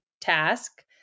task